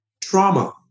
trauma